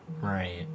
Right